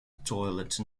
toilet